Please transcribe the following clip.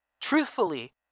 Truthfully